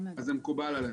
אז זה מקובל עלינו.